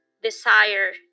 desire